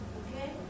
okay